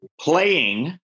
Playing